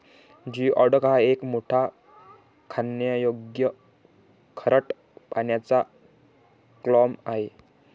geoduck हा एक मोठा खाण्यायोग्य खारट पाण्याचा क्लॅम आहे